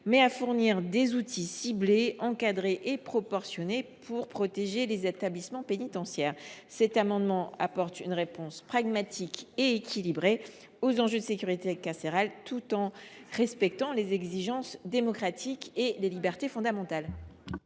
mais de fournir des outils ciblés, encadrés et proportionnés pour protéger les établissements pénitentiaires. Par cet amendement, nous souhaitons apporter une réponse pragmatique et équilibrée aux enjeux de sécurité carcérale, tout en respectant les exigences démocratiques et les libertés fondamentales.